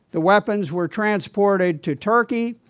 the weapons were transported to turkey,